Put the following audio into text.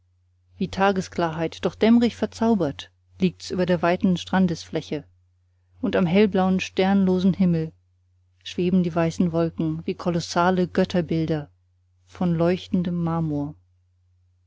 wie tagesklarheit doch dämmrig verzaubert liegts über der weiten strandesfläche und am hellblaun sternlosen himmel schweben die weißen wolken wie kolossale götterbilder von leuchtendem marmor